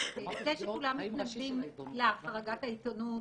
שכולם מתנגדים להחרגת העיתונות,